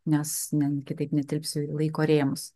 nes ne kitaip netilpsiu į laiko rėmus